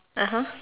(uh huh)